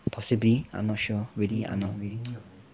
possibly I'm not sure maybe I'm not